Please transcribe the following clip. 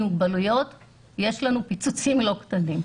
מוגבלויות יש לנו פיצוצים לא קטנים.